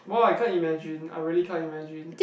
wow I can't imagine I really can't imagine